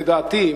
לדעתי,